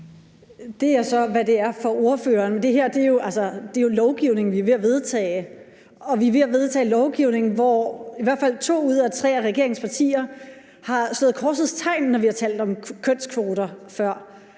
Det er så, hvad det er for ordføreren. Det her er jo altså lovgivning, vi ved at vedtage, og vi er ved at vedtage lovgivning, hvor i hvert fald to ud af de tre regeringspartier har slået korsets tegn, når vi har talt om kønskvoter før.